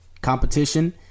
competition